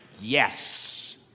Yes